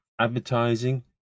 advertising